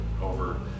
over